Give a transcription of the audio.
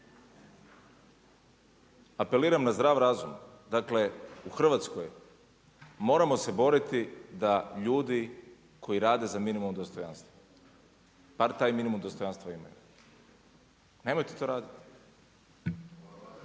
Apeliram na zdrav razum. Dakle, u Hrvatskoj moramo se boriti da ljudi koji rade za minimum dostojanstva, bar taj minimum dostojanstva imaju. Nemojte to raditi.